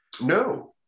no